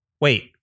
Wait